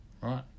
Right